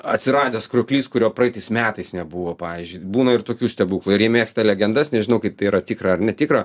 atsiradęs krioklys kurio praeitais metais nebuvo pavyzdžiui būna ir tokių stebuklų ir jie mėgsta legendas nežinau kaip tai yra tikra ar netikra